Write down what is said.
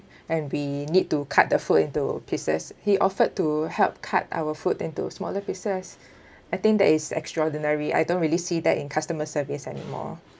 and we need to cut the food into pieces he offered to help cut our food into smaller pieces I think that is extraordinary I don't really see that in customer service anymore